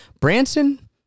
Branson